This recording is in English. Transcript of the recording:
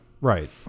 Right